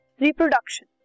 Reproduction